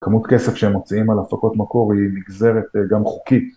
כמות כסף שהם מוצאים על הפקות מקור היא נגזרת גם חוקית